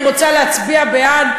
יש הרבה חוקים שהייתי רוצה להצביע בעדם